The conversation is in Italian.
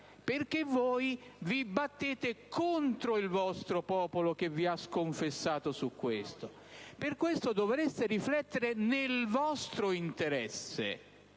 Voi vi battete contro il vostro popolo, che vi ha sconfessato su questo. Dovreste quindi riflettere, nel vostro interesse,